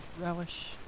relish